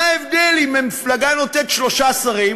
מה ההבדל אם מפלגה נותנת שלושה שרים